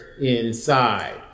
inside